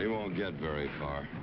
he won't get very far.